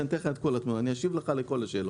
אני אשיב לך לכל השאלות.